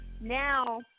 now